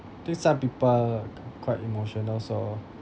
think some people q~ quite emotional so